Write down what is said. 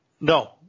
No